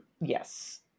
Yes